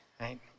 right